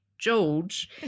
George